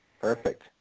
Perfect